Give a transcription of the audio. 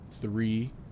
three